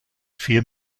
vier